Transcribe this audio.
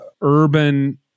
urban